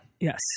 Yes